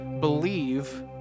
believe